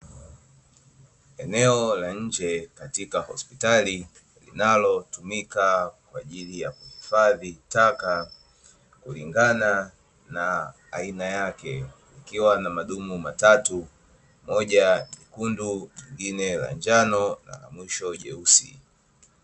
Eneo la nje katika hosipitali, linalotumika kwa ajili ya kuhifadhi taka kulingana na aina yake, likiwa na madumu matatu: moja jekundu, jingine la njano na la mwisho jeusi.